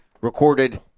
recorded